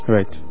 Right।